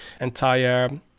entire